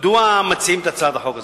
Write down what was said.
מדוע מציעים את הצעת החוק הזאת?